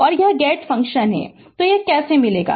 और यह get function है तो कैसे मिलेगा